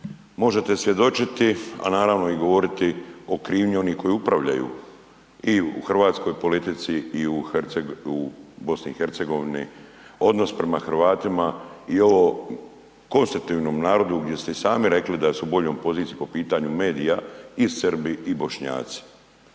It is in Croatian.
možete svjedočiti a naravno i govoriti o krivnji onih koji upravljaju i u hrvatskoj politici i u BiH-u, odnosno prema Hrvatima i ovom konstitutivnom narodu gdje ste i sami rekli da su u boljoj poziciji po pitanju medija i Srbi i Bošnjaci.